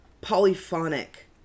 polyphonic